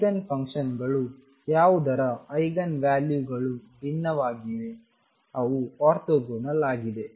eigen ಫಂಕ್ಷನ್ಗಳು ಯಾವುದರ eigen ವ್ಯಾಲ್ಯೂಗಳು ವಿಭಿನ್ನವಾಗಿವೆ ಅವು ಆರ್ಥೋಗೋನಲ್ ಆಗಿದೆ